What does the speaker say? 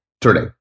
today